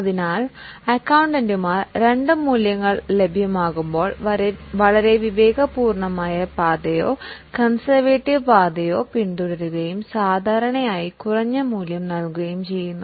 അതിനാൽ അക്കൌണ്ടന്റുമാർ വളരെ വിവേകപൂർണ്ണമായ പാതയോ യാഥാസ്ഥിതിക പാതയോ പിന്തുടരുകയും രണ്ട് മൂല്യങ്ങൾ ലഭ്യമാകുമ്പോൾ സാധാരണയായി കുറഞ്ഞ മൂല്യം നൽകുകയും ചെയ്യുന്നു